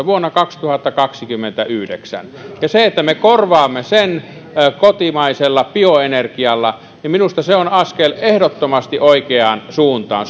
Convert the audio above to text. vuonna kaksituhattakaksikymmentäyhdeksän ja se että me korvaamme sen kotimaisella bioenergialla on minusta askel ehdottomasti oikeaan suuntaan